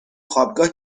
خوابگاه